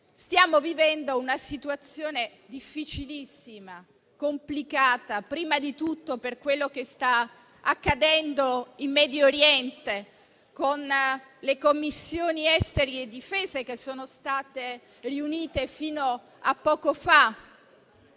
stiamo vivendo una situazione difficilissima, complicata, prima di tutto per quello che sta accadendo in Medio Oriente, con le Commissioni esteri e difesa riunite fino a poco fa,